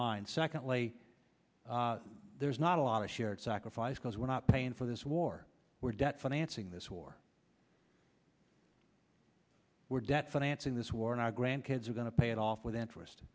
mind secondly there's not a lot of sacrifice cause we're not paying for this war we're debt financing this war we're debt financing this war and our grandkids are going to pay it off with interest